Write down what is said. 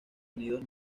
unidos